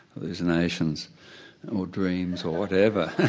hallucinations or dreams or whatever.